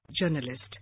journalist